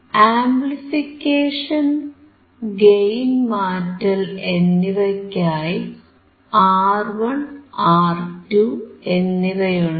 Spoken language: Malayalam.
ആംപ്ലിഫിക്കേഷൻ ഗെയിൻ മാറ്റൽ എന്നിവയ്ക്കായി R1 R2 എന്നിവയുണ്ട്